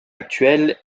actuel